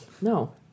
No